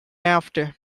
after